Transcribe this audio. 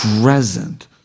present